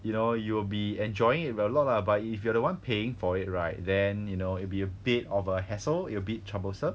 you know you'll be enjoying it a lot lah but if you are the one paying for it right then you know it'll be a bit of a hassle a bit troublesome